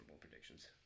predictions